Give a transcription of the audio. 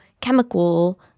chemical